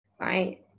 right